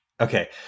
Okay